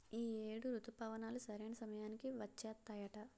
ఈ ఏడు రుతుపవనాలు సరైన సమయానికి వచ్చేత్తాయట